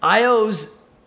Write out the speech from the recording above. IO's